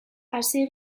hasi